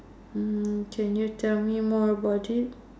mm can you tell me more about it